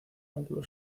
ángulo